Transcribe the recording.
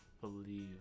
believe